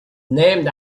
named